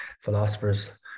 philosophers